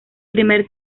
primer